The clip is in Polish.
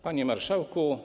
Panie Marszałku!